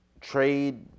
trade